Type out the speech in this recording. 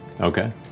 Okay